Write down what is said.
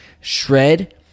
shred